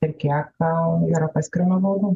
ir kiek tau yra paskiriama bauda